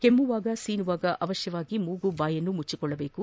ಕೆಮ್ನುವಾಗ ಸೀನುವಾಗ ಅವಶ್ಯವಾಗಿ ಮೂಗು ಬಾಯನ್ನು ಮುಚ್ಚಿಕೊಳ್ಳಬೇಕು